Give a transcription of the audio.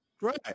Right